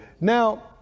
Now